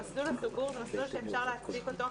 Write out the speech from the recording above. המסלול הסגור הוא מסלול שאפשר להצדיק אותו.